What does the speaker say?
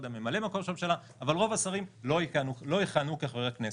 ממלא מקום ראש הממשלה רוב השרים לא יכהנו כחברי כנסת.